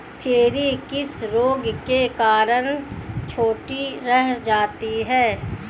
Cherry किस रोग के कारण छोटी रह जाती है?